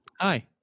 Hi